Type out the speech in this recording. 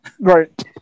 Right